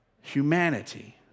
Humanity